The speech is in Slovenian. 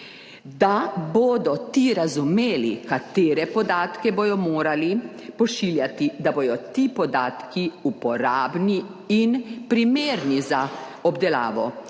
da bodo ti razumeli, katere podatke bodo morali pošiljati, da bodo ti podatki uporabni in primerni za obdelavo,